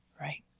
right